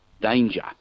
danger